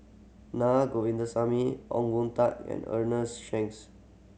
Na Govindasamy Ong Boon Tat and Ernest Shanks